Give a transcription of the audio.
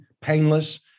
painless